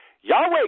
Yahweh